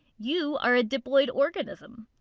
you are a diploid organism.